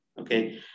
Okay